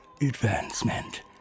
advancement